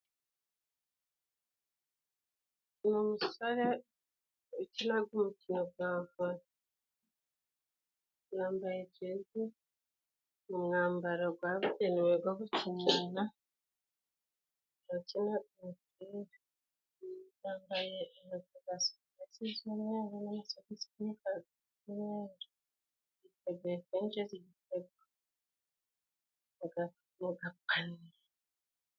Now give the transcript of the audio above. Ni umusore ukinaga umukino gwa vole. Yambaye jezi umwambaro gwabugenewe go gukinana, yakinaga umupira. Yambaye inkweto za supuresi z'umweru n'amasogisi y'umukara n'umweru agiye kwinjiza igitego mu gapaniye.